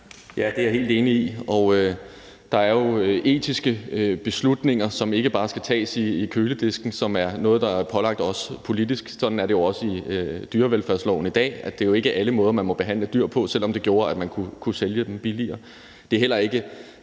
Ja, det er jeg helt enig i, og der er jo etiske beslutninger, der ikke bare skal tages ved køledisken, og som er noget, der er pålagt os politisk. Det er jo også sådan i dyrevelfærdsloven i dag, at det ikke er alle måder, man må behandle dyr på, selv om det gjorde, at man kunne sælge dem billigere. Det er heller ikke